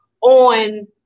on